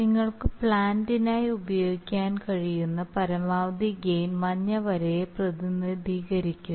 നിങ്ങൾക്ക് പ്ലാന്റിനായി ഉപയോഗിക്കാൻ കഴിയുന്ന പരമാവധി ഗെയിൻ മഞ്ഞ വരയെ പ്രതിനിധീകരിക്കുന്നു